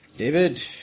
David